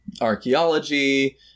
archaeology